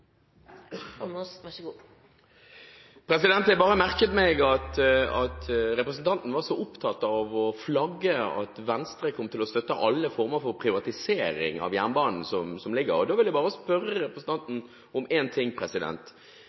var så opptatt av å flagge at Venstre kom til å støtte alle former for privatisering av jernbanen som ligger i bordet. Da vil jeg bare spørre representanten om én ting: